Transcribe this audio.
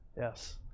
Yes